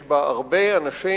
יש בה הרבה אנשים,